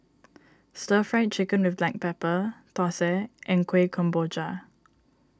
Stir Fried Chicken with Black Pepper Thosai and Kuih Kemboja